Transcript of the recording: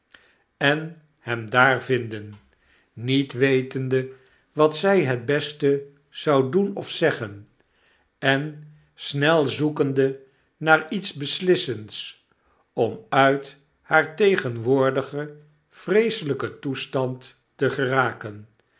en hem daar vinden niet wetende wat zy het beste zou doen of zeggen en snel zoekende naar lets beslissends om uit haar tegenwoordigen vreeselijken toestand te geraken